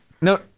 No